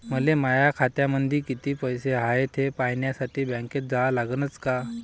मले माया खात्यामंदी कितीक पैसा हाय थे पायन्यासाठी बँकेत जा लागनच का?